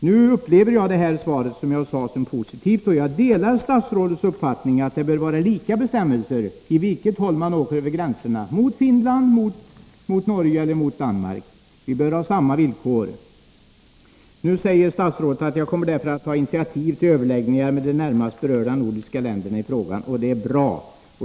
Nu upplever jag det här svaret, som jag sade, som positivt, och jag delar statsrådets uppfattning att det bör vara lika bestämmelser oavsett åt vilket håll man åker över gränserna — mot Finland, mot Norge eller mot Danmark. Vi bör ha samma villkor. Nu säger statsrådet att han kommer att ta initiativ till överläggningar med de närmast berörda nordiska länderna i frågan — och det är bra.